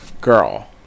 Girl